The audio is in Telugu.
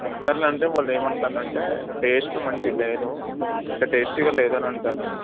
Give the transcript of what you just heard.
హెచ్ఆర్లంటే వాళ్ళేమంటన్నారంటే టేస్ట్ మంచిగా లేదు అంటే టేస్టీగా లేదని అంటున్నారు